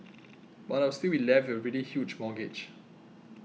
but I would still be left with a really huge mortgage